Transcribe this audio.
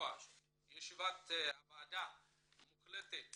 שישיבת הוועדה מוקלטת